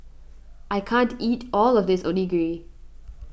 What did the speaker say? I can't eat all of this Onigiri